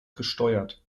gesteuert